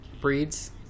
breeds